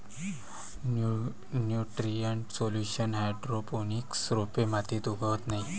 nutrient solution hydroponics रोपे मातीत उगवत नाहीत